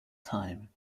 time